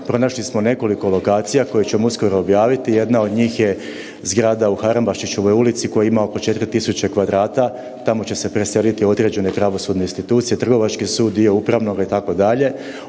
pronašli smo nekoliko lokacija koje ćemo uskoro objaviti jedna od njih je zgrada u Harambašićevoj ulici koja ima oko 4000 kvadrata, tamo će se preseliti određene pravosudne institucije, Trgovački sud, dio Upravnoga itd.